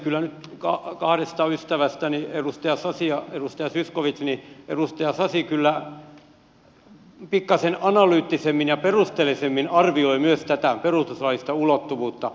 kyllä nyt kahdesta ystävästäni edustajista sasi ja zyskowicz edustaja sasi pikkaisen analyyttisemmin ja perusteellisemmin arvioi myös tätä perustuslaillista ulottuvuutta